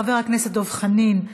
חבר הכנסת דב חנין,